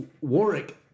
Warwick